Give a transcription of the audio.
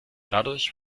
dadurch